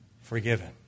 forgiven